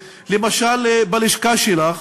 למשל, בלשכה שלך